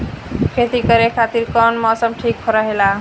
खेती करे खातिर कौन मौसम ठीक होला?